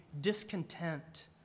Discontent